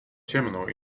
ciemno